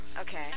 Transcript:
Okay